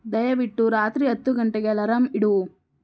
ದಯವಿಟ್ಟು ರಾತ್ರಿ ಹತ್ತು ಗಂಟೆಗೆ ಅಲರಾಂ ಇಡು